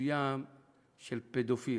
מסוים של פדופיל,